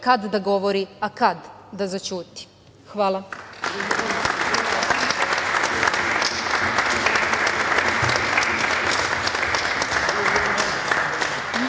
kada da govori a kada da zaćuti. Hvala.